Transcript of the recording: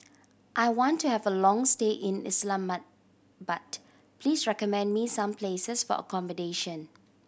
I want to have a long stay in Islamabad please recommend me some places for accommodation